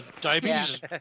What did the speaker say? Diabetes